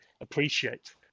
appreciate